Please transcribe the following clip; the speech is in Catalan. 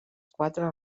quatre